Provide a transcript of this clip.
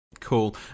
cool